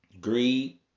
Greed